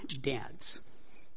dads